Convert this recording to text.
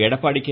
Edappadi K